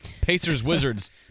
Pacers-Wizards